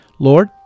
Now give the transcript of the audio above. Lord